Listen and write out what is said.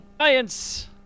science